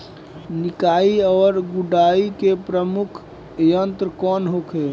निकाई और गुड़ाई के प्रमुख यंत्र कौन होखे?